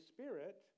Spirit